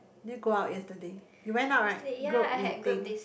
did you go out yesterday you went out right group meeting